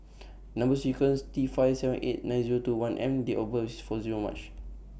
Number sequence T five seven eight nine Zero two one M and Date of birth gour March